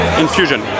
infusion